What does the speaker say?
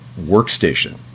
workstation